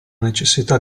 necessità